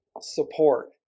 support